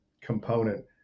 component